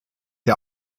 der